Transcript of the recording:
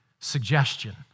suggestion